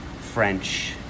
French